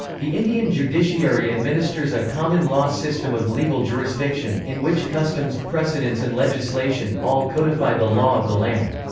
the indian judiciary administers a common law system of legal jurisdiction, in which customs, precedents and legislation, all codify the law of the land.